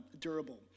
durable